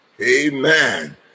amen